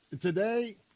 Today